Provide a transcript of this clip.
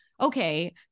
Okay